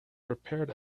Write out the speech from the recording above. prepared